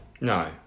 No